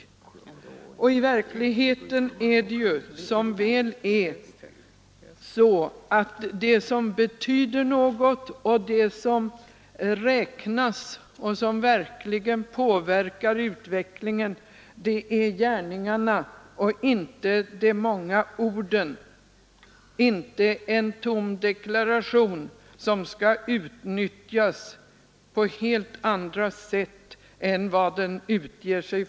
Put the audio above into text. Och i verkligheten är det ju som väl är så, att det som betyder något, det som räknas och som verkligen påverkar utvecklingen är gärningarna och inte de många orden — inte ens en tom deklaration.